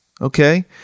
Okay